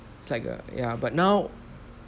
it's like a ya but now